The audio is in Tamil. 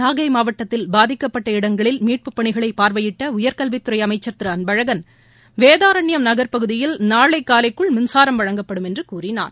நாகை மாவட்டத்தில் பாதிக்கப்பட்ட இடங்களில் மீட்பு பணிகளை பார்வையிட்ட உயர்கல்வித் துறை அமைச்சர் திரு அன்பழகன் வேதாரண்யம் நகர்ப்பகுதியில் நாளை காலைக்குள் மின்சாரம் வழங்கப்படும் என்று கூறினார்